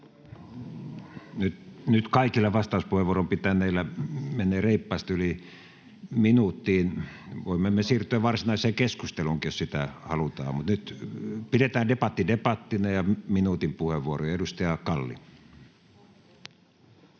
Nyt kaikilla vastauspuheenvuoron pitäneillä menee reippaasti yli minuutin. Voimme me siirtyä varsinaiseen keskusteluunkin, jos sitä halutaan. Mutta nyt pidetään debatti debattina ja minuutin puheenvuoroja. — Edustaja Kalli.